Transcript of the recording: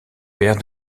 père